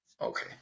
Okay